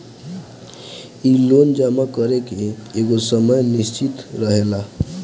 इ लोन जमा करे के एगो समय निश्चित रहेला